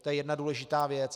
To je jedna důležitá věc.